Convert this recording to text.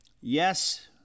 yes